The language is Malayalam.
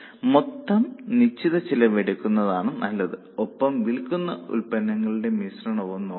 അതിനാൽ മൊത്തം നിശ്ചിത ചെലവ് എടുക്കുന്നതാണ് നല്ലത് ഒപ്പം വിൽക്കുന്ന ഉൽപ്പന്നങ്ങളുടെ മിശ്രണവും നോക്കണം